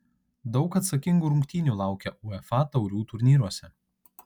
daug atsakingų rungtynių laukia uefa taurių turnyruose